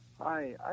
Hi